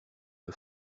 que